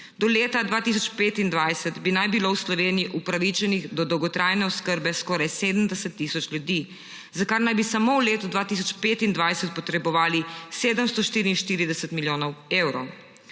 Do leta 2025 naj bi bilo v Sloveniji upravičenih do dolgotrajne oskrbe skoraj 70 tisoč ljudi, za kar naj bi samo v letu 2025 potrebovali 744 milijonov evrov.